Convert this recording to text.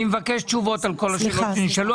אני מבקש תשובות על כל השאלות שנשאלו,